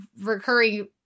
recurring